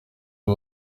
b’i